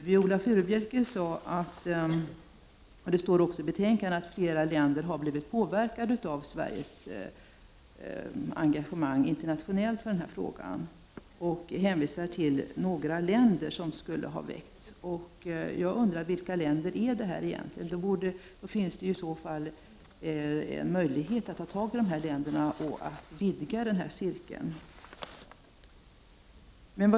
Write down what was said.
Viola Furubjelke sade — och det står också i betänkandet — att flera länder har blivit påverkade av Sveriges engagemang internationellt i den här frågan. Hon hänvisar till några länder som skulle ha påverkats. Jag undrar vilka länder det egentligen är. Jag skulle vilja veta det, för här finns ju en möjlighet att ta fasta på de länderna och att vidga cirkeln.